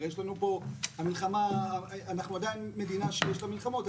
הרי אנחנו עדיין מדינה שיש לה מלחמות,